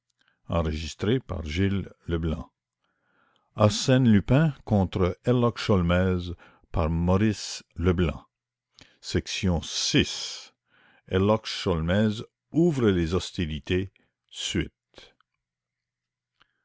d'arsène lupin par maurice leblanc iii herlock sholmès ouvre les hostilités